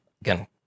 again